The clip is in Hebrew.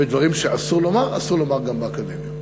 ודברים שאסור לומר, אסור לומר גם באקדמיה.